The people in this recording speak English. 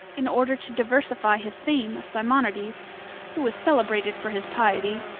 in order to diversify his theme, simonides, who was celebrated for his piety,